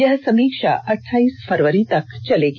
यह समीक्षा अठाईस फरवरी तक चलेगी